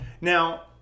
Now